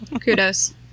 Kudos